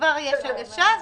כבר יש הגשה.